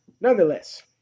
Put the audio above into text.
Nonetheless